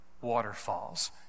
waterfalls